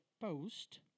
post